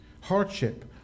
Hardship